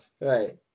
Right